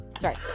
Sorry